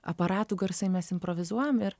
aparatų garsai mes improvizuojame ir